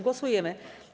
Głosujemy.